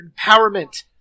empowerment